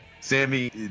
Sammy